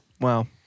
Wow